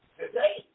today